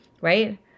right